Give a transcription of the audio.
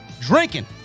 Drinking